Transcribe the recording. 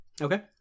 Okay